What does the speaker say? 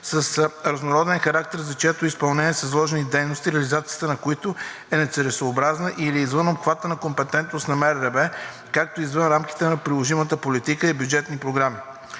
с разнороден характер, за чието изпълнение са заложени дейности, реализацията на които е нецелесъобразна и/или е извън обхвата на компетентност на МРРБ, както и извън рамките на приложимата политика и бюджетните програми.